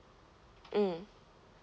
mm